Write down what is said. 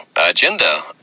agenda